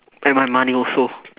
and my money also